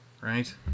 right